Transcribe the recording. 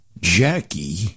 Jackie